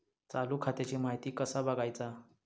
चालू खात्याची माहिती कसा बगायचा?